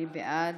מי בעד?